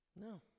No